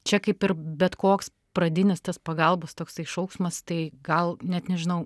čia kaip ir bet koks pradinis tas pagalbos toksai šauksmas tai gal net nežinau